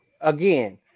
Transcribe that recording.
again